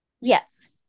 Yes